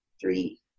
three